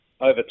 over